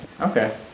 Okay